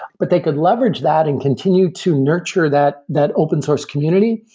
but they could leverage that and continue to nurture that that open source community,